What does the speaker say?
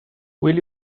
will